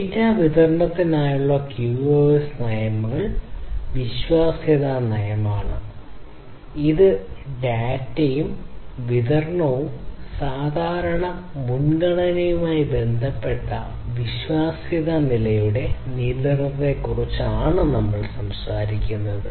data വിതരണത്തിനായുള്ള QoS നയങ്ങൾ വിശ്വാസ്യത നയമാണ് ഇത് ഡാറ്റ വിതരണവും ഗതാഗത മുൻഗണനയുമായി ബന്ധപ്പെട്ട വിശ്വാസ്യത നിലയുടെ നിയന്ത്രണത്തെക്കുറിച്ച് സംസാരിക്കുന്നു